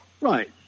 Right